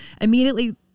immediately